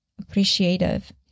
appreciative